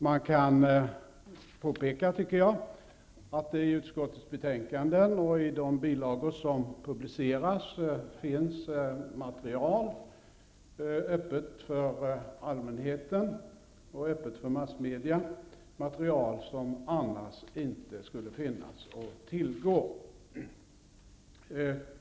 Man kan, tycker jag, påpeka att det i utskottets betänkanden och i de bilagor som publiceras finns material öppet för allmänheten och massmedia, material som annars inte skulle finnas att tillgå.